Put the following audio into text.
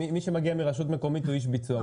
מי שמגיע מרשות מקומית הוא איש ביצוע.